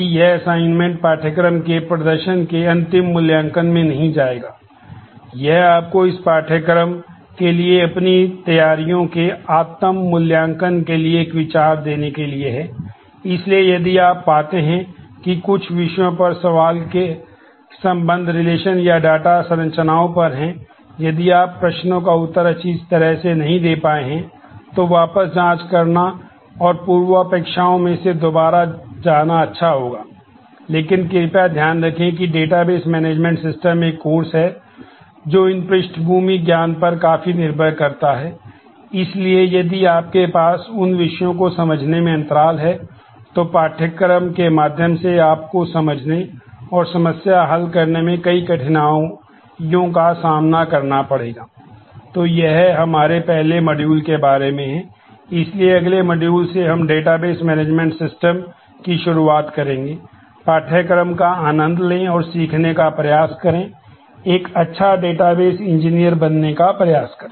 यह assignment engineer बनने का प्रयास करें